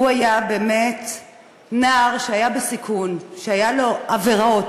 הוא היה נער בסיכון, שהיו לו עבירות